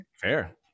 Fair